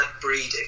breeding